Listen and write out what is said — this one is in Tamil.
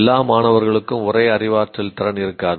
எல்லா மாணவர்களுக்கும் ஒரே அறிவாற்றல் திறன் இருக்காது